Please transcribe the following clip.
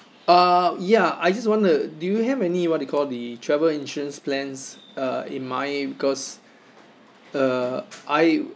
uh ya I just wanna do you have any what they call the travel insurance plans uh in my because uh I